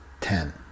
ten